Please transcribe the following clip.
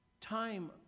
time